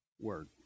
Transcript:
word